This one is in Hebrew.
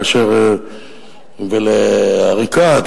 ולעריקאת,